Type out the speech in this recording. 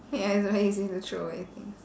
ya it's very easy to throw away things